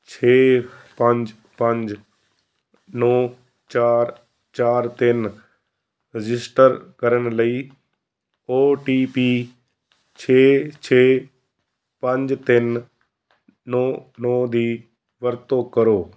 ਛੇ ਪੰਜ ਪੰਜ ਨੌਂ ਚਾਰ ਚਾਰ ਤਿੰਨ ਰਜਿਸਟਰ ਕਰਨ ਲਈ ਓ ਟੀ ਪੀ ਛੇ ਛੇ ਪੰਜ ਤਿੰਨ ਨੌਂ ਨੌਂ ਦੀ ਵਰਤੋਂ ਕਰੋ